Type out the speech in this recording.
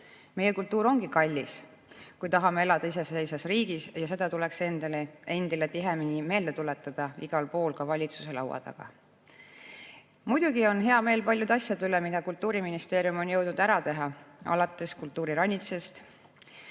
Meie kultuur ongi kallis, kui tahame elada iseseisvas riigis. Seda tuleks endale tihedamini meelde tuletada igal pool, ka valitsuse laua taga. Muidugi on hea meel paljude asjade üle, mida Kultuuriministeerium on jõudnud ära teha, alates kultuuriranitsast,